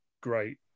great